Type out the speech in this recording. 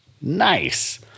nice